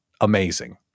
amazing